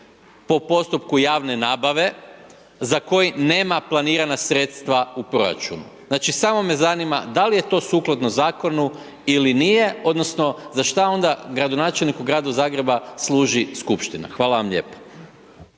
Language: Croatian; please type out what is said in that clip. po postupku javne nabave za koji nema planirana sredstva u proračunu. Znači, samo me zanima da li je to sukladno zakonu ili nije odnosno za šta onda gradonačelniku Grada Zagreba služi skupština, hvala vam lijepa.